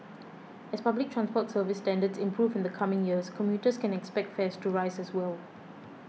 as public transport service standards improve in the coming years commuters can expect fares to rise as well